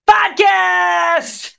Podcast